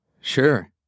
Sure